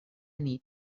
nit